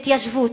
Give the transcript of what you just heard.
התיישבות,